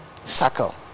suckle